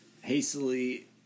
hastily